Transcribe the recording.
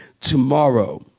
Tomorrow